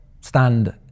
stand